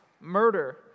murder